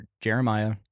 Jeremiah